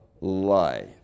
life